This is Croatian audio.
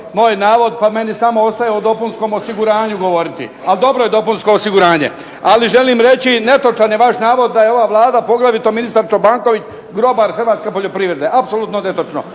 moj navod pa meni samo ostaje o dopunskom osiguranju govoriti. Ali dobro je dopunsko osiguranje, ali želim reći da je netočan vaš navod da je ova Vlada poglavito ministar Čobanković grobar Hrvatske poljoprivrede, apsolutno netočno,